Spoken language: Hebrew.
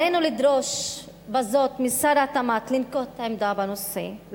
עלינו לדרוש בזאת משר התמ"ת לנקוט עמדה בנושא,